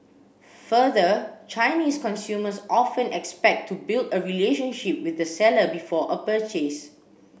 further Chinese consumers often expect to build a relationship with the seller before a purchase